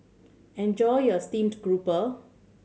enjoy your steamed grouper